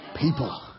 People